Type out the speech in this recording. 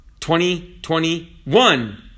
2021